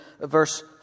verse